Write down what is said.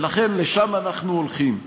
ולכן לשם אנחנו הולכים.